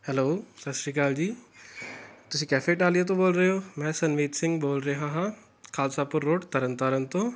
hello ਸਤਿ ਸ਼੍ਰੀ ਅਕਾਲ ਜੀ ਤੁਸੀਂ ਕੈਫੇ ਇਟਾਲੀਆ ਤੋਂ ਬੋਲ ਰਹੇ ਹੋ ਮੈਂ ਸਨਮੀਤ ਸਿੰਘ ਬੋਲ ਰਿਹਾ ਹਾਂ ਖਾਲਸਾਪੁਰ ਰੋਡ ਤਰਨ ਤਾਰਨ ਤੋਂ